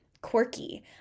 quirky